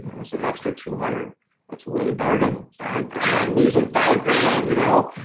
an extra two hundred that's way, better than five grand losing five grand, you know?